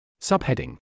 Subheading